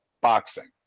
boxing